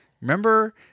remember